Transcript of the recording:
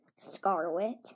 Scarlet